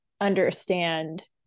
understand